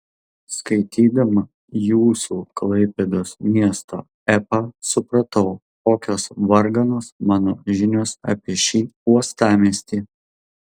skaitydama jūsų klaipėdos miesto epą supratau kokios varganos mano žinios apie šį uostamiestį